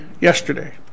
yesterday